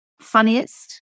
funniest